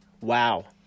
wow